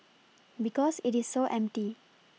because it is so empty